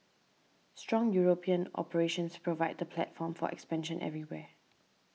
strong European operations provide the platform for expansion everywhere